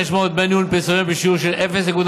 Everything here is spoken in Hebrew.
בחשבון דמי ניהול מפנסיונרים בשיעור של 0.3%,